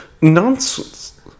nonsense